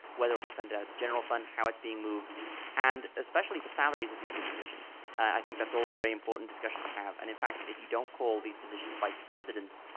whether it would be funded at the general fund, how it's being moved and especially the salaries of these new positions. i think that's all very important discussion to have and in fact, if you don't call these positions vice presidents,